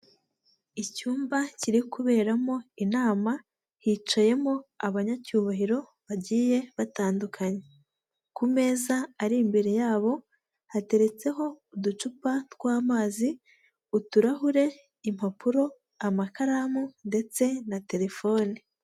Icyumba kiri kuberamo inama hicayemo abanyacyubahiro bagiye batandukanye ku meza ari imbere yabo hateretseho uducupa tw'amazi uturahure impapuro amakaramu ndetse na telefone.